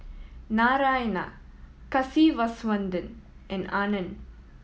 Narayana Kasiviswanathan and Anand